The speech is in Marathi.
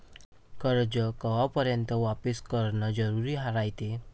कर्ज कवापर्यंत वापिस करन जरुरी रायते?